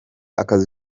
akazi